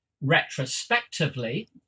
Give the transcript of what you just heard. retrospectively